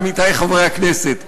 עמיתי חברי הכנסת.